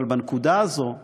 אבל בנקודה הזאת,